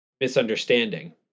misunderstanding